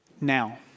now